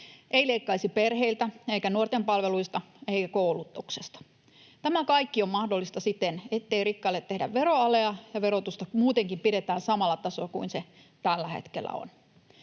ei leikkaisi perheiltä eikä nuorten palveluista eikä koulutuksesta. Tämä kaikki on mahdollista siten, ettei rikkaille tehdä veroalea ja verotusta muutenkin pidetään samalla tasolla kuin se tällä hetkellä on.